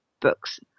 books